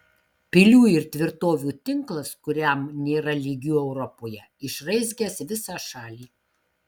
pilių ir tvirtovių tinklas kuriam nėra lygių europoje išraizgęs visą šalį